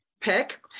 pick